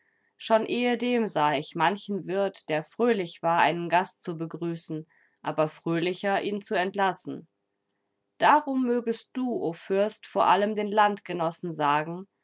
schon ehedem sah ich manchen wirt der fröhlich war einen gast zu begrüßen aber fröhlicher ihn zu entlassen darum mögest du o fürst vor allem den landgenossen sagen